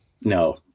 no